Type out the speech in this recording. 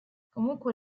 comunque